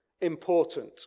important